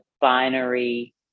binary